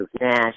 Nash